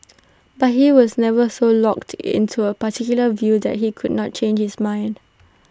but he was never so locked in to A particular view that he could not change his mind